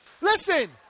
Listen